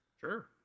Sure